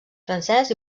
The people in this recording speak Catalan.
francès